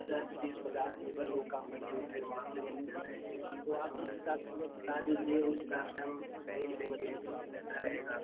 दस बीस पचास रुपए लोग का मैम रेट है वहाँ पर भोजन है तो आप उस हिसाब से हमें बता दीजिए उस हिसाब से हम देख लेंगे कैसा रहेगा